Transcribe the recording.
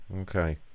Okay